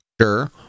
Sure